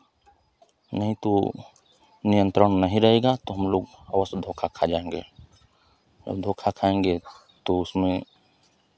नहीं तो नियंत्रण नहीं रहेगा तो हमलोग हवा से धोखा खा जाएंगे और धोखा खाएंगे तो उसमें